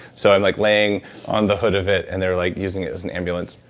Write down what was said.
so, i'm like lying on the hood of it, and they're like using it as an ambulance.